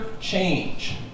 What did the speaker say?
change